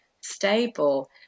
stable